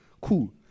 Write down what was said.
Cool